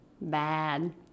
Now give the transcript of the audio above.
Bad